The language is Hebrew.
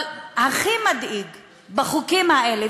אבל הכי מדאיג בחוקים האלה,